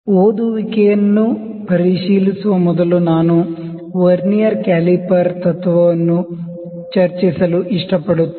reading ನ್ನು ಪರಿಶೀಲಿಸುವ ಮೊದಲು ನಾನು ವರ್ನಿಯರ್ ಕ್ಯಾಲಿಪರ್ ತತ್ವವನ್ನು ಚರ್ಚಿಸಲು ಇಷ್ಟಪಡುತ್ತೇನೆ